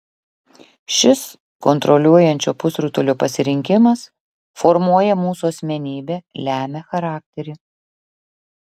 šis kontroliuojančio pusrutulio pasirinkimas formuoja mūsų asmenybę lemia charakterį